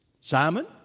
Simon